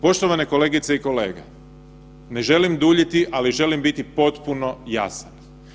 Poštovane kolegice i kolege, ne želim duljiti, ali želim biti potpuno jasan.